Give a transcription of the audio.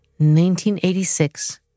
1986